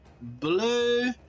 blue